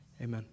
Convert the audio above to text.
Amen